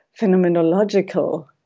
phenomenological